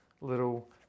little